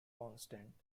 constant